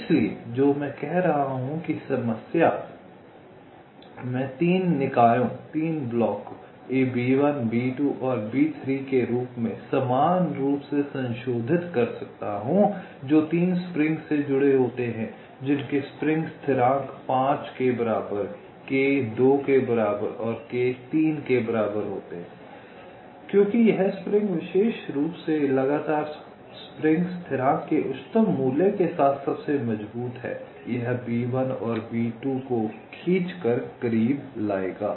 इसलिए जो मैं कह रहा हूं कि यह समस्या मैं तीन निकायों B1 B2 और B3 के रूप में समान रूप से संशोधित कर सकता हूं जो तीन स्प्रिंग्स से जुड़े होते हैं जिनके स्प्रिंग स्थिरांक 5 के बराबर k 2 के बराबर और k 3 के बराबर होते हैं क्योंकि यह स्प्रिंग विशेष रूप से लगातार स्प्रिंग स्थिरांक के उच्चतम मूल्य के साथ सबसे मजबूत है यह B1 B2 को खींच कर करीब लाएगा